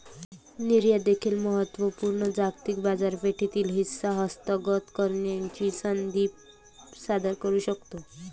निर्यात देखील महत्त्व पूर्ण जागतिक बाजारपेठेतील हिस्सा हस्तगत करण्याची संधी सादर करू शकते